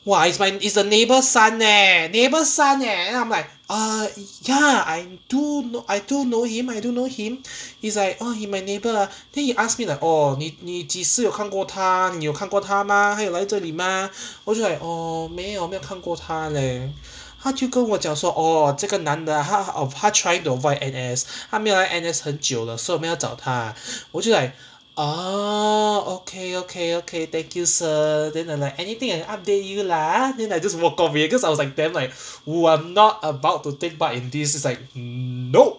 !wah! it's my it's the neighbor son eh neighbour son eh then I'm like ya I do kn~ I do know him I do know him he's like oh he my neighbor ah then he ask me like oh 你你几时有看过他你有看过他吗他有来这里吗我就 like oh 没有没有看过他 leh 他就跟我讲说 orh 这个男的他他 trying to avoid N_S 他没有来 N_S 很久了 so 我们要找他我就 like oh okay okay okay thank you sir then i'm like anything I update you lah ah then I just walk off cause I was like damn like oh i'm not about to take part in this it's like mm nope